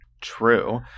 True